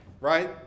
right